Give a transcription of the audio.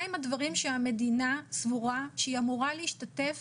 מה הם הדברים שהמדינה סבורה שהיא אמורה להשתתף